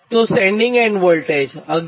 તો sending end voltage 11